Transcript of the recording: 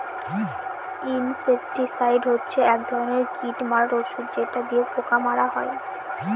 insecticide হচ্ছে এক ধরনের কীট মারার ঔষধ যেটা দিয়ে পোকা মারা হয়